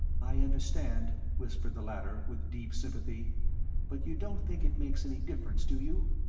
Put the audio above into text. i understand, whispered the latter with deep sympathy but you don't think it makes any difference, do you?